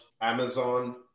Amazon